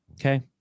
Okay